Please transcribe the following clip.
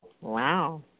Wow